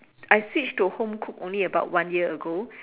I switched to home cooked only about one year ago